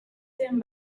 them